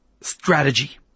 strategy